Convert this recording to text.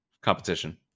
competition